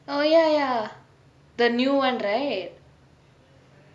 oh ya ya the new [one] right